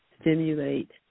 stimulate